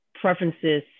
preferences